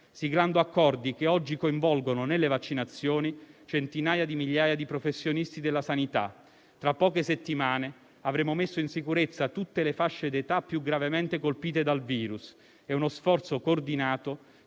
siglando accordi che oggi coinvolgono nelle vaccinazioni centinaia di migliaia di professionisti della sanità. Tra poche settimane, avremo messo in sicurezza tutte le fasce d'età più gravemente colpite dal virus. È uno sforzo coordinato